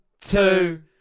two